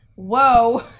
Whoa